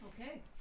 Okay